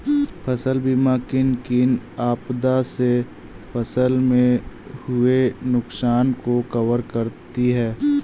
फसल बीमा किन किन आपदा से फसल में हुए नुकसान को कवर करती है